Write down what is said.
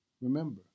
Remember